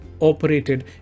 operated